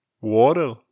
water